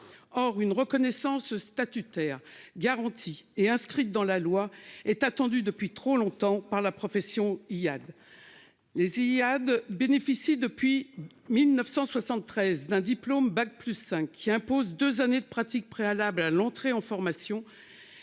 Or une reconnaissance statutaire. Garantie est inscrite dans la loi est attendu depuis trop longtemps par la profession Iyad. Les Iyad bénéficie depuis. 1973 d'un diplôme bac plus 5, qui impose 2 années de pratique préalable à l'entrée en formation.